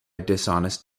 dishonest